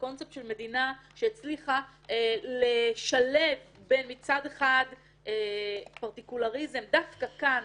לקונספט של מדינה שהצליחה לשלב מצד אחד בין פרטיקולריזם דווקא כאן,